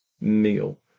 meal